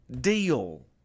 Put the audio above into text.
deal